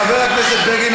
חבר הכנסת בגין,